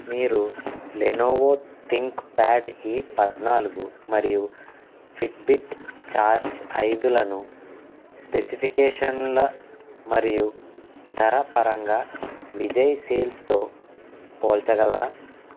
మీరు Lenovo ThinkPad E పద్నాలుగు మరియు ఫిట్బిట్ ఛార్జ్ ఐదులను స్పెసిఫికేషన్ల మరియు ధర పరంగా విజయ్ సేల్స్తో పోల్చగలరా